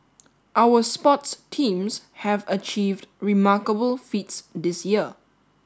our sports teams have achieved remarkable feats this year